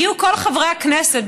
הגיעו כל חברי הכנסת,